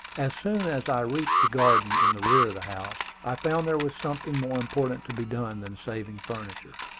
as soon as i reached the garden in the rear of the house, i found there was something more important to be done than saving furniture.